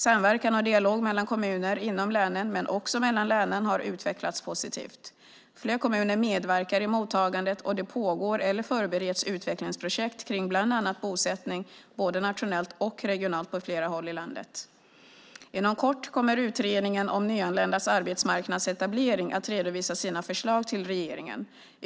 Samverkan och dialogen mellan kommuner inom länen, men också mellan länen, har utvecklats positivt. Fler kommuner medverkar i mottagandet och det pågår eller förbereds utvecklingsprojekt kring bland annat bosättning både nationellt och regionalt på flera håll i landet. Inom kort kommer Utredningen om nyanländas arbetsmarknadsetablering att redovisa sina förslag till regeringen.